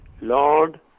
Lord